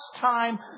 time